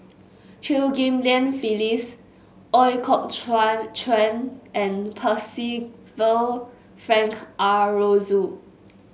Chew Ghim Lian Phyllis Ooi Kok Chuen and Percival Frank Aroozoo